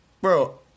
Bro